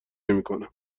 نمیکنم